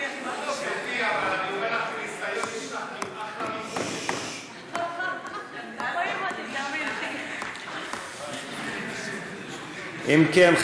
אם כן,